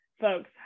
folks